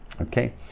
okay